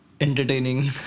entertaining